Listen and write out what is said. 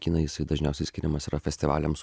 kiną jisai dažniausiai skiriamas yra festivaliams